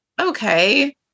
okay